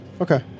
Okay